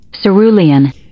Cerulean